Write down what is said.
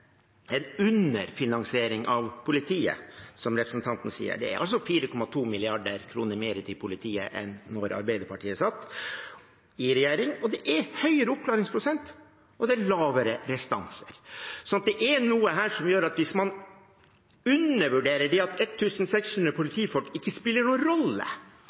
en underfinansiering av politiet, som representanten sier. Det er 4,2 mrd. kr mer til politiet nå enn da Arbeiderpartiet satt i regjering, det er høyere oppklaringsprosent, og det er lavere restanser. Hvis man mener at 1 600 politifolk ikke spiller noen rolle, synes jeg det er